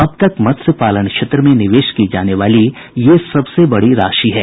अब तक मत्स्य पालन क्षेत्र में निवेश की जाने वाली ये सबसे बड़ी राशि है